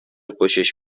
خوشش